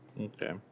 Okay